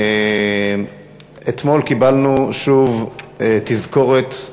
אתמול קיבלנו שוב תזכורת,